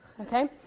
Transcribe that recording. Okay